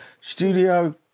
studio